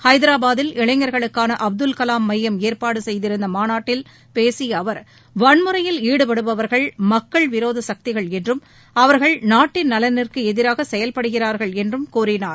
ஐதராபாத்தில் இளைஞர்களுக்கான அப்துல் கலாம் மையம் ஏற்பாடு செய்திருந்த மாநாட்டில் பேசிய அவர் வன்முறையில் ஈடுபடுபவர்கள் மக்கள் விரோத சக்திகள் என்றும் அவர்கள் நாட்டின் நலனிற்கு எதிராக செயல்படுகிறார்கள் என்றும் கூறினார்